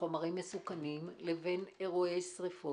חומרים מסוכנים לאירועי שריפות?